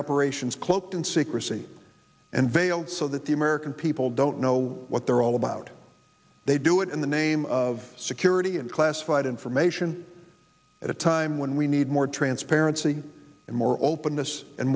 operations cloaked in secrecy and veiled so that the american people don't know what they're all about they do it in the name of security and classified information at a time when we need more transparency and more openness and